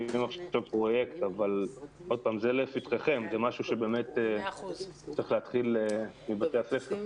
זה לפתחכם, זה משהו שצריך להתחיל בבתי הספר.